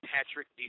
Patrick